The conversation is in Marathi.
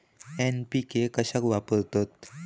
एन.पी.के कशाक वापरतत?